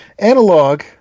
Analog